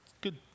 good